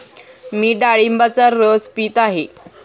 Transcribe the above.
मी डाळिंबाचा रस पीत आहे